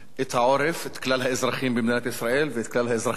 את כלל האזרחים במדינת ישראל ואת כלל האזרחים באזור.